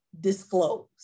disclose